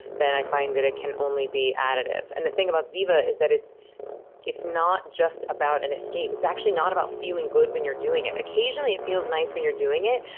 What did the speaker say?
then i find that it can only be additive. and the thing about ziva is that it's it's not just about an escape. it's actually not about feeling good when you're doing it. occasionally, it feels nice when you're doing it,